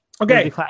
Okay